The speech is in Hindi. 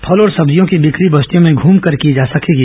फल और सब्जियों की बिक्री बस्तियों में घूमकर की जा सकेगी